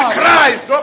Christ